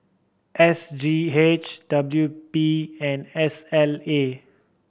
S G H W P and S L A